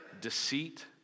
deceit